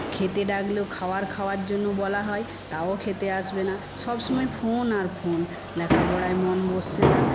খেতে ডাকলেও খাবার খাওয়ার জন্য বলা হয় তাও খেতে আসবে না সবসময় ফোন আর ফোন লেখাপড়ায় মন বসছে না